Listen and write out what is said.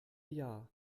jahr